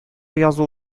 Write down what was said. язу